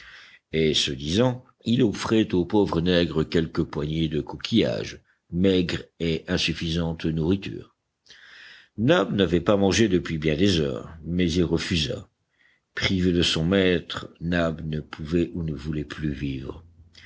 et ce disant il offrait au pauvre nègre quelques poignées de coquillages maigre et insuffisante nourriture nab n'avait pas mangé depuis bien des heures mais il refusa privé de son maître nab ne pouvait ou ne voulait plus vivre